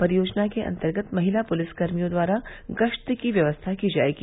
परियोजना के अन्तर्गत महिला पुलिस कर्मियों द्वारा गश्त की व्यवस्था की जायेगी